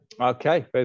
Okay